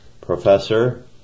professor